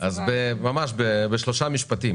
אז ממש בשלושה משפטים,